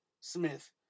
Smith